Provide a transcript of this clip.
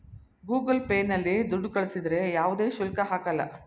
Google Pay ನಲ್ಲಿ ದುಡ್ಡು ಕಳಿಸಿದರೆ ಯಾವುದೇ ಶುಲ್ಕ ಹಾಕಲ್ಲ